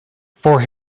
for